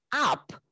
up